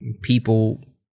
people